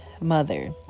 mother